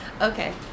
Okay